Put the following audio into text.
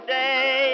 day